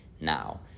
Now